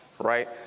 right